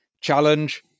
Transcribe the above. challenge